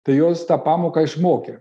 tai jos tą pamoką išmokę